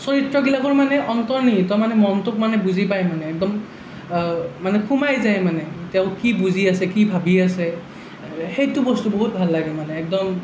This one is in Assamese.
চৰিত্ৰবিলাকৰ মানে অন্তৰ্নিহিত মানে মনটোক মানে বুজি পায় মানে একদম মানে সোমাই যায় মানে তেওঁ কি বুজি আছে কি ভাবি আছে সেইটো বস্তু বহুত ভাল লাগে মানে একদম